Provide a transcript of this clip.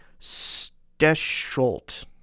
Stescholt